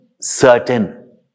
certain